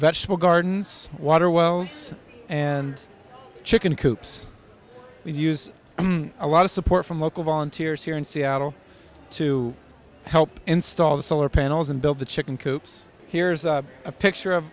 vegetable gardens water wells and chicken coops we use a lot of support from local volunteers here in seattle to help install the solar panels and build the chicken coops here's a picture of